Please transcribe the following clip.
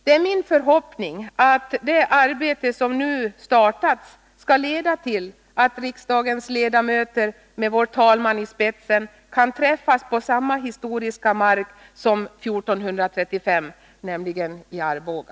Det är min förhoppning att det arbete som nu startats skall leda till att riksdagens ledamöter med vår talman i spetsen skall träffas på samma historiska mark där riksdagen samlades år 1435, nämligen i Arboga.